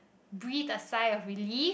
breathe a sigh of relief